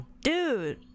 Dude